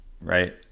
right